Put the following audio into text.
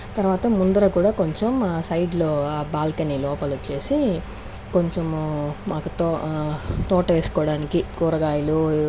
తర్వాత ముందర కూడా కొంచెం సైడ్ లో ఆ బాల్కనీ లోపల వచ్చేసి కొంచెము మాకు తో తోట వేసుకోవడానికి కూరగాయలు